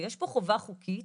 ויש פה חובה חוקית